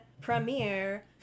premiere